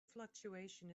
fluctuation